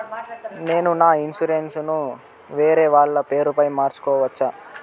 నేను నా ఇన్సూరెన్సు ను వేరేవాళ్ల పేరుపై మార్సుకోవచ్చా?